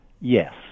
Yes